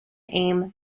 aim